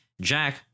Jack